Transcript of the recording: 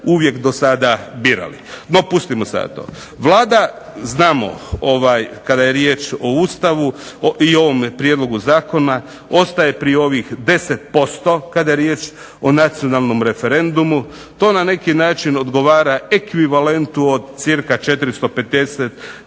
uvijek do sada birali. No, pustimo sada to. Vlada znamo kada je riječ o Ustavu i ovome prijedlogu zakona ostaje pri ovih 10% kada je riječ o nacionalnom referendumu. To na neki način odgovara ekvivalentu od cirka 450000